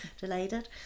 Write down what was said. delighted